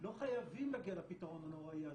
לא חייבים להגיע לפתרון הנוראי הזה.